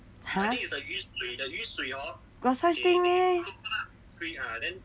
!huh! got such thing meh